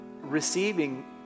receiving